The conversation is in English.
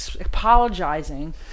apologizing